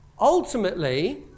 Ultimately